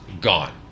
gone